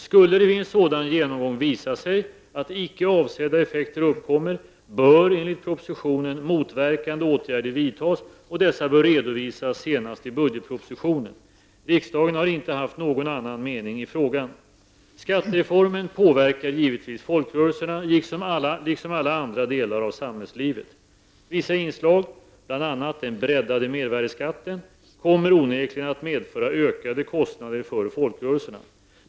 Skulle det vid en sådan genomgång visa sig att icke avsedda effekter uppkommer bör enligt propositionen motverkande åtgärder vidtas och dessa bör redovisas senast i budgetpropositionen. Riksdagen har inte haft någon annan mening i frågan. Skattereformen påverkar givetvis folkrörelserna, liksom alla andra delar av samhällslivet. Vissa inslag, bl.a. den breddade mervärdeskatten, kommer onekligen att medföra ökade kostnader för folkrörelserna.